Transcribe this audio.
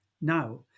now